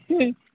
ᱦᱢ